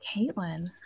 Caitlin